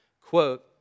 quote